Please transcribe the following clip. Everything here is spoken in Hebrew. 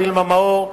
וילמה מאור,